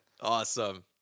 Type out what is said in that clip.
Awesome